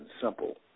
simple